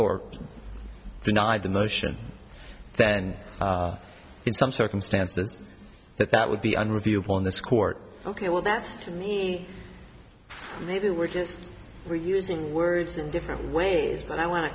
or denied the motion then in some circumstances that that would be an review on this court ok well that's to me maybe we're just reusing words in different ways but i want